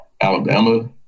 Alabama